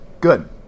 good